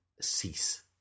cease